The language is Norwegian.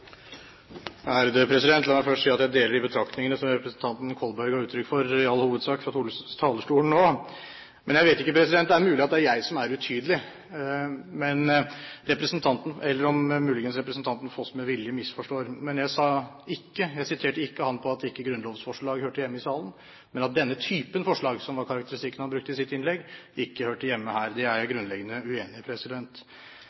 La meg først si at jeg i all hovedsak deler de betraktningene som representanten Kolberg ga uttrykk for fra talerstolen nå. Men jeg vet ikke om det er jeg som er utydelig, eller om muligens representanten Foss med vilje misforstår. Jeg siterte ham ikke på at ikke grunnlovsforslag hørte hjemme i salen, men på at denne typen forslag – som var karakteristikken han brukte i sitt innlegg – ikke hørte hjemme her. Det er jeg